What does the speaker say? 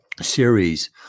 series